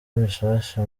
bishasha